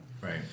Right